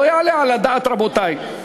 לא יעלה על הדעת, רבותי.